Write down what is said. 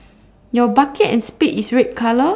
your bucket and spade is red colour